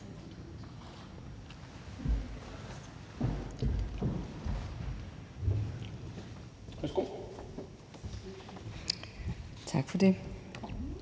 Tak for det.